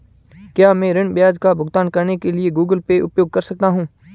क्या मैं ऋण ब्याज का भुगतान करने के लिए गूगल पे उपयोग कर सकता हूं?